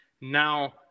now